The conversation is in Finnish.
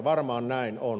varmaan näin on